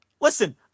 Listen